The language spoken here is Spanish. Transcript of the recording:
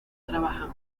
trabajan